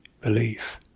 belief